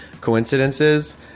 coincidences